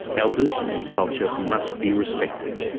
elders and culture must be respected.